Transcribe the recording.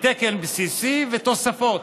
מתקן בסיסי ותוספות.